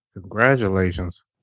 Congratulations